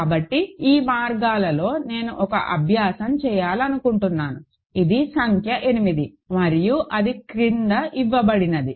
కాబట్టి ఈ మార్గాల్లో నేను ఒక అభ్యాసం చేయాలనుకుంటున్నాను ఇది సంఖ్య 8 మరియు అది క్రింద ఇవ్వబడినది